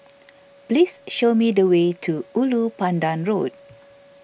please show me the way to Ulu Pandan Road